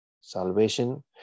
salvation